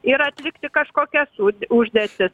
ir atlikti kažkokias už užduotis